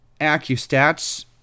Accustats